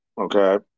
Okay